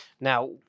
Now